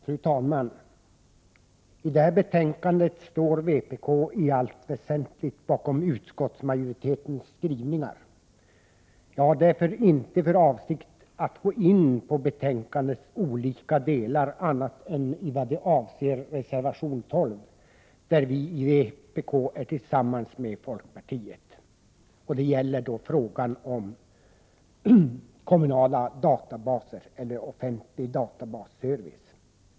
Fru talman! I detta betänkande står vpk i allt väsentligt bakom utskottsmajoritetens skrivningar. Jag har därför inte för avsikt att gå in på betänkandets olika delar annat än vad avser reservation 12, som är gemensam för vpk och folkpartiet. Den reservationen handlar om offentlig databasservice.